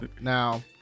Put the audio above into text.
Now